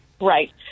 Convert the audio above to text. Right